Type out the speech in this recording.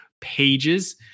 pages